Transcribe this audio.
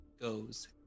goes